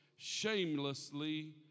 shamelessly